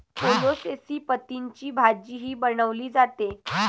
कोलोसेसी पतींची भाजीही बनवली जाते